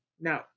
no